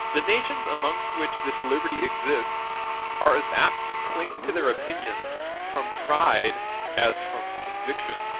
the nations amongst which this liberty exists are as apt to cling to their opinions from pride as from conviction.